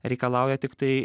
reikalauja tiktai